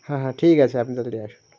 হ্যাঁ হ্যাঁ ঠিক আছে আপনি তাড়াতাড়ি আসুন